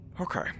Okay